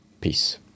Peace